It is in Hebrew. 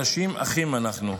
אנשים אחים אנחנו.